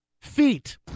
feet